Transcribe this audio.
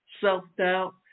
self-doubt